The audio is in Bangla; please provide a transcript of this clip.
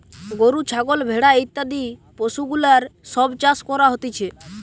গরু, ছাগল, ভেড়া ইত্যাদি পশুগুলার সব চাষ করা হতিছে